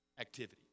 activity